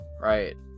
Right